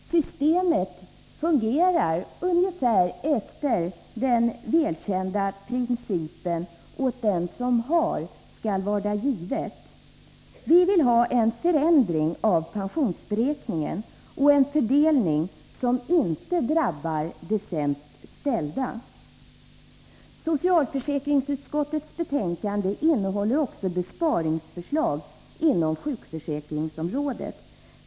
Systemet fungerar ungefär efter den välkända principen ”åt den som har skall varda givet”. Vi vill ha en förändring av pensionsberäkningen och en fördelning som inte drabbar de sämst ställda. Socialförsäkringsutskottets betänkande innehåller också besparingsförslag inom sjukförsäkringsområdet.